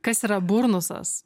kas yra burnusas